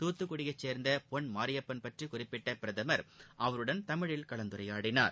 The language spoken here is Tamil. தூத்துக்குடியைச் சேர்ந்த பொன் மாரியப்பன் பற்றி குறிப்பிட்ட பிரதமர் அவருடன் தமிழில் கலந்துரையாடினார்